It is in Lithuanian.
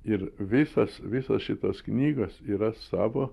ir visas visos šitos knygos yra savo